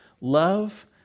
love